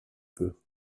peu